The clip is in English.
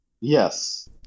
Yes